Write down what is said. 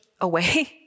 away